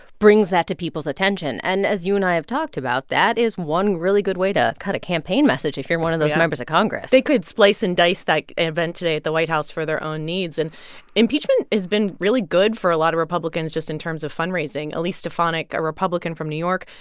brings that to people's attention. and as you and i have talked about, that is one really good way to cut a campaign message if you're one of those members of congress yeah. they could slice and dice that event today at the white house for their own needs. and impeachment has been really good for a lot of republicans just in terms of fundraising. elise stefanik, a republican from new york,